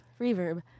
reverb